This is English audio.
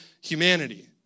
humanity